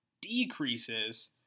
decreases